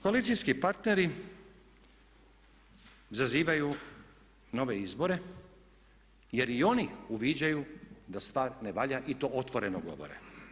Koalicijski partneri zazivaju nove izbore jer i oni uviđaju da stvar ne valja i to otvoreno govore.